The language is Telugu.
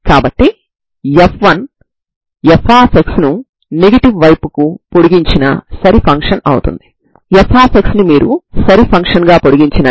కాబట్టి ఇది ఐగెన్ విలువ కాదని మనం చూశాము